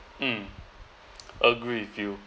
mm agree with you